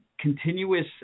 continuous